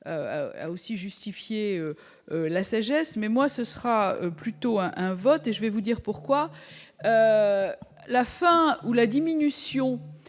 a aussi justifié la sagesse, mais moi ce sera. Plutôt un vote et je vais vous dire pourquoi la fin ou la diminution